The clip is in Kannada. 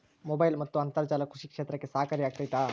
ಮೊಬೈಲ್ ಮತ್ತು ಅಂತರ್ಜಾಲ ಕೃಷಿ ಕ್ಷೇತ್ರಕ್ಕೆ ಸಹಕಾರಿ ಆಗ್ತೈತಾ?